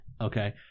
Okay